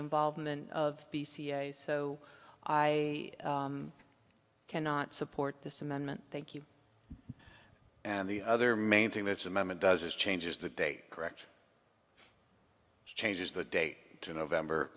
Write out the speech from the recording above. involvement of the cia so i cannot support this amendment thank you and the other main thing that's amendment does is changes the day correct changes the day to november